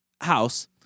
House